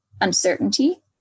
uncertainty